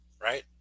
right